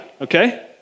okay